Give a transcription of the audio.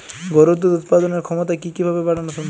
গরুর দুধ উৎপাদনের ক্ষমতা কি কি ভাবে বাড়ানো সম্ভব?